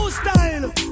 Style